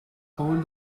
hold